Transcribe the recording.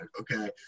Okay